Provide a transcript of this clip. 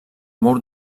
mur